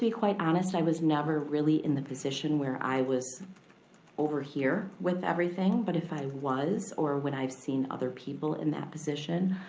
quite honest i was never really in the position where i was over here with everything, but if i was, or when i've seen other people in that position,